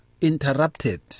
interrupted